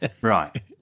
Right